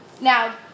Now